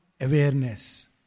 awareness